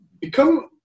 become